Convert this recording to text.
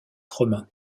romain